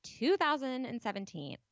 2017